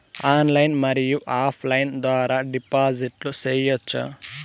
Online మరియు offline ద్వారా డిపాజిట్లు సేయొచ్చా?